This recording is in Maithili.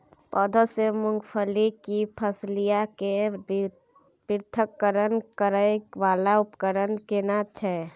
पौधों से मूंगफली की फलियां के पृथक्करण करय वाला उपकरण केना छै?